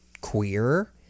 queer